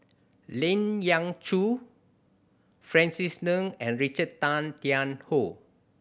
Lien Ying Chow Francis Ng and Richard Tay Tian Hoe